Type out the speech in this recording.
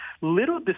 little